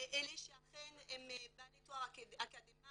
אלה שאכן הם בעלי תואר אקדמאי,